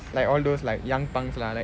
like all those like young punks lah